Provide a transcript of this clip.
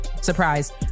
surprise